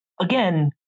again